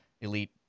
elite